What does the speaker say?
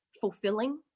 fulfilling